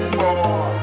more